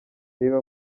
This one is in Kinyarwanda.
reba